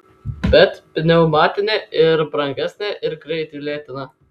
bet pneumatinė ir brangesnė ir greitį lėtina